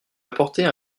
apporter